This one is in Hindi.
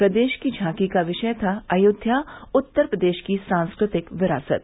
प्रदेश की झांकी का विषय था अयोध्या उत्तर प्रदेश की सांस्कृतिक विरासत